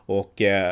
och